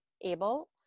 able